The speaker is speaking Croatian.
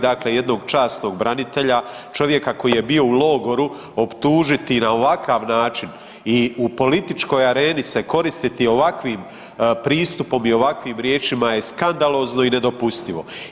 Dakle, jednog časnog branitelja, čovjeka koji je bio u logoru optužiti na ovakav način i u političkoj areni se koristiti ovakvim pristupom i ovakvim riječima je skandalozno i nedopustivo.